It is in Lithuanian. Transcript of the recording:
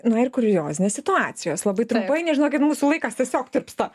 na ir kuriozinės situacijos labai trumpai nes žinokit mūsų laikas tiesiog tirpsta